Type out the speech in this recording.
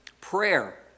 prayer